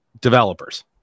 developers